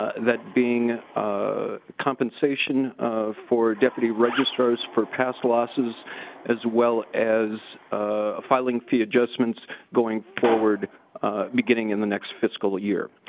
ah that being ah compensation um for deputy registrars for losses as well as ah filing fee adjustments go ing forward beginning in the next fiscal year.